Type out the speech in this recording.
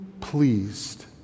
pleased